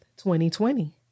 2020